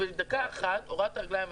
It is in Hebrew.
בדקה אחת הורדת להם את הידיים והרגליים.